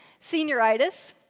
senioritis